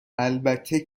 البته